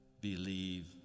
believe